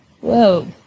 whoa